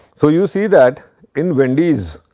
so, you see that in wendy's